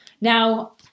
Now